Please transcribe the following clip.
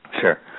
Sure